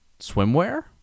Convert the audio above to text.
swimwear